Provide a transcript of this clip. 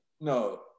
No